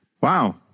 Wow